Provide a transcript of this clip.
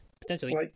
potentially